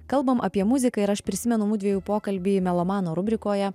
kalbam apie muziką ir aš prisimenu mudviejų pokalbį melomano rubrikoje